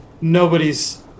Nobody's